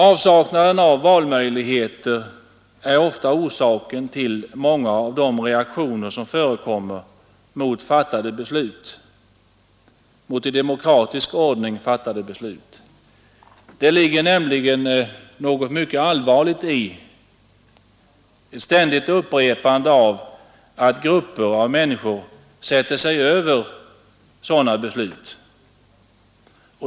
Avsaknaden av valmöjligheter är ofta orsaken till många av de reaktioner som förekommer mot i demokratisk ordning fattade beslut. Det ligger nämligen något mycket allvarligt i ett ständigt upprepande av att grupper av människor sätter sig över sådana beslut.